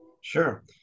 Sure